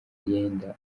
yenda